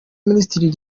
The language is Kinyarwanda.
minisitiri